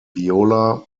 viola